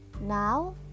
Now